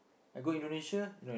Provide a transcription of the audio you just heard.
I go Indonesia